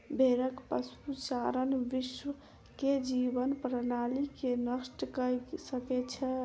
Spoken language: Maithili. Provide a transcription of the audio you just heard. भेड़क पशुचारण विश्व के जीवन प्रणाली के नष्ट कय सकै छै